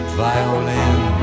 violin